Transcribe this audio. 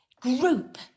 group